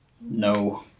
No